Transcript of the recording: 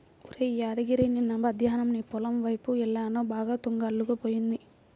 ఒరేయ్ యాదగిరి నిన్న మద్దేన్నం నీ పొలం వైపు యెల్లాను బాగా తుంగ అల్లుకుపోయింది